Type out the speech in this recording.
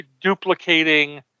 duplicating